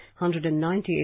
198